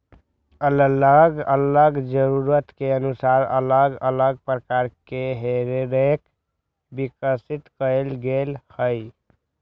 अल्लग अल्लग जरूरत के अनुसार अल्लग अल्लग प्रकार के हे रेक विकसित कएल गेल हइ